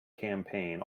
campaign